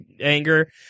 anger